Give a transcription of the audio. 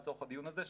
לצורך הדיון הזה,